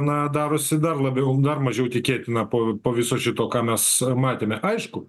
na darosi dar labiau dar mažiau tikėtina po po viso šito ką mes matėme aišku